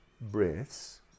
breaths